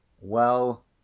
Well